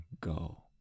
go